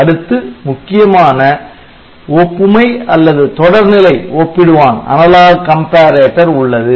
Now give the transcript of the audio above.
அடுத்து முக்கியமான ஒப்புமை அல்லது தொடர்நிலை ஒப்பிடுவான் உள்ளது